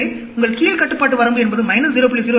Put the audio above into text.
எனவே உங்கள் கீழ் கட்டுப்பாட்டு வரம்பு என்பது மைனஸ் 0